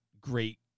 great